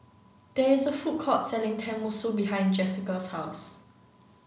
there is a food court selling Tenmusu behind Jesica's house